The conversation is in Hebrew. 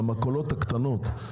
המכולות הקטנות,